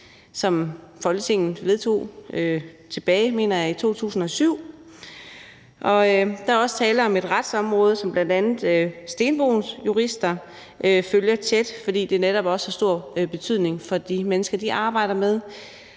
som Folketinget vedtog tilbage i vistnok 2007. Der er også tale om et retsområde, som bl.a. Stenbroens Jurister følger tæt, fordi det netop også har stor betydning for de mennesker, de arbejder med.